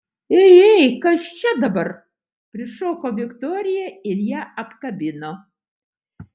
ei ei kas čia dabar prišoko viktorija ir ją apkabino